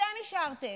אתם אישרתם,